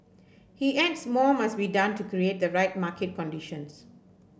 he adds more must be done to create the right market conditions